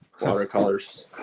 watercolors